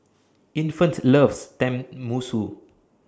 Infant loves Tenmusu